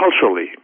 culturally